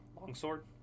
longsword